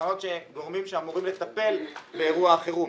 גורמים שאמורים לטפל באירוע החירום,